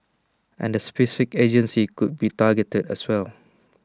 and specific agencies could be targeted as well